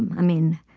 i mean,